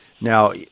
Now